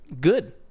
good